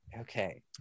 okay